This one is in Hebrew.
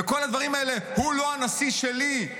וכל הדברים האלה: הוא לא הנשיא שלי,